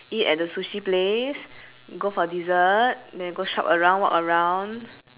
eat at the sushi place go for dessert then go shop around walk around